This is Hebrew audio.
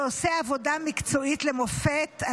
ועושה עבודה מקצועית למופת.